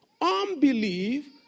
Unbelief